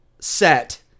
set